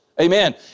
Amen